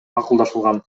макулдашылган